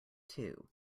too